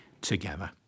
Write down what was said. together